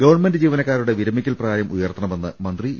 government ജീവനക്കാരുടെ വിരമിക്കൽ പ്രായം ഉയർത്ത ന് മന്ത്രി ഇ